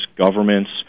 governments